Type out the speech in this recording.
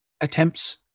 Attempts